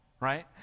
right